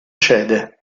cede